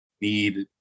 need